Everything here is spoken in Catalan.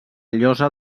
llosa